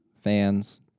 fans